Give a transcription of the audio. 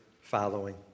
following